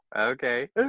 Okay